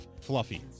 fluffy